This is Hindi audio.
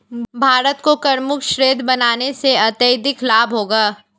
भारत को करमुक्त क्षेत्र बनाने से अत्यधिक लाभ होगा